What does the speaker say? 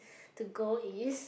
to go is